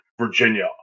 Virginia